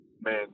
Man